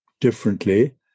differently